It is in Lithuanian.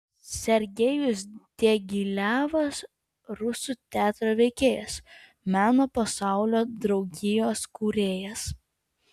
sergejus diagilevas rusų teatro veikėjas meno pasaulio draugijos kūrėjas